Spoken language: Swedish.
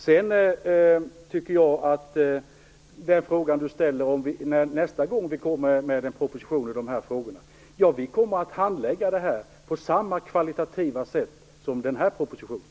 Håkan Holmberg ställer en fråga om hur det skall gå till nästa gång regeringen kommer med en proposition i dessa frågor. Vi kommer att handlägga det på samma kvalitativa sätt som med den här propositionen.